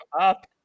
Up